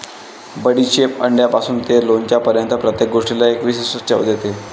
बडीशेप अंड्यापासून ते लोणच्यापर्यंत प्रत्येक गोष्टीला एक विशिष्ट चव देते